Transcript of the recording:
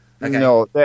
no